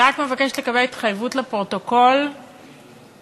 אני רק מבקשת לקבל התחייבות לפרוטוקול מהשרה.